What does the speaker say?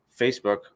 Facebook